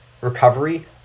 recovery